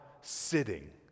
sitting